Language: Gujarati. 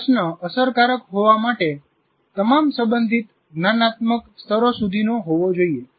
પ્રશ્ન અસરકારક હોવા માટે તમામ સંબંધિત જ્ઞાનાત્મક સ્તરો સુધીનો હોવો જોઈએ